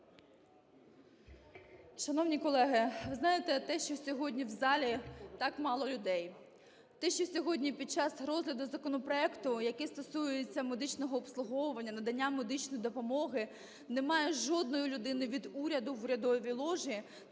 Шановні колеги, ви знаєте, те, що сьогодні в залі так мало людей, те, що сьогодні під час розгляду законопроекту, який стосується медичного обслуговування, надання медичної допомоги, немає жодної людини від уряду в урядовій ложі,